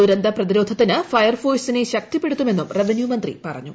ദുരന്ത പ്രതിരോധത്തിന് ഫയർഫോഴ്സിനെ ശക്തിപ്പെടുത്തുമെന്നും റവന്യൂമന്ത്രി പറഞ്ഞു